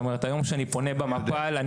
היום כשאני פונה במפ"ל,